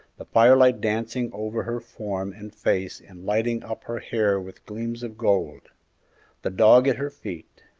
the firelight dancing over her form and face and lighting up her hair with gleams of gold the dog at her feet,